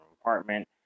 apartment